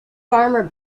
farmer